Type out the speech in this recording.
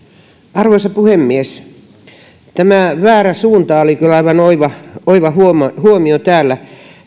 arvoisa puhemies tämä väärä suunta oli kyllä aivan oiva oiva huomio täällä